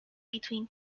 between